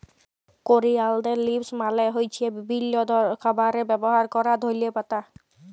করিয়ালদের লিভস মালে হ্য়চ্ছে বিভিল্য খাবারে ব্যবহার ক্যরা ধলে পাতা